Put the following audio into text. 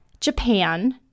Japan